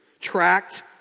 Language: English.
tracked